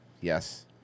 Yes